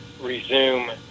resume